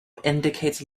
indicates